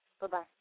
Bye-bye